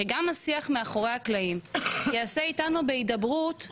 שגם השיח מאחורי הקלעים יעשה איתנו בהידברות.